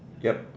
yup